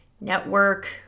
network